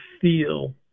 feel